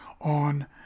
on